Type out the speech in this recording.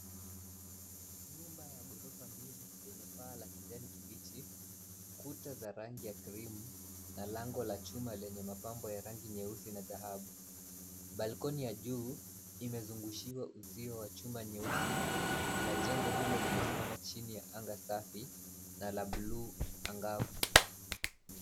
Nyumba ya ghorofa mbili, yenye paa la kijani kibichi, kuta za rangi ya krimu , na lango la chuma lenye mapambo ya rangi nyeusi na dhahabu. Balkoni ya juu, imezungushiwa uzio wa chuma nyeusi, na jengo hilo limesimama chini ya anga safi, na la bluu angavu.